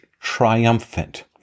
triumphant